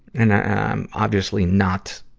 and i'm obviously not,